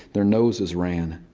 their noses ran.